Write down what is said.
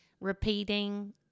repeating